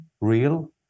real